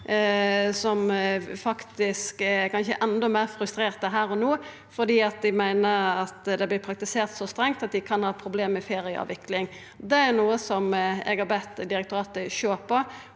som kanskje er enda meir frustrerte her og no, fordi dei meiner det vert praktisert så strengt at dei kan ha problem med ferieavvikling. Det er noko eg har bedt direktoratet om å